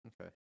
Okay